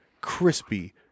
crispy